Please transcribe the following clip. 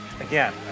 Again